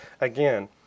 Again